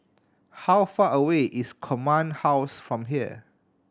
how far away is Command House from here